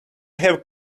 have